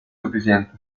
suficiente